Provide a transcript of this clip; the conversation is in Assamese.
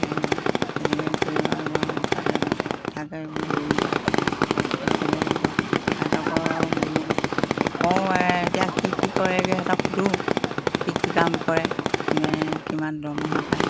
তেনেকৈ কৰি তাতে থাকে হেৰি কৰে তাৰপিছতে সিহঁতক কওঁ এই এতিয়া কি কি কৰেগৈ সিহঁতক সুধো কি কি কাম কৰে কোনে কিমান দৰমহা পায়